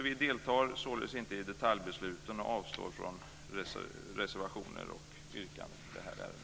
Vi deltar således inte i detaljbesluten och avstår från reservationer och yrkanden i det här ärendet.